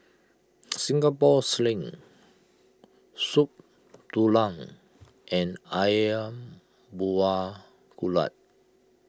Singapore Sling Soup Tulang and Ayam Buah Keluak